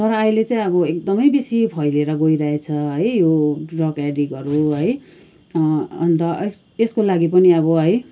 तर अहिले चाहिँ अब एकदमै बेसी फैलिएर गइरहेछ है यो ड्रग एडिक्टहरू है अन्त यस यसको लागि पनि अब है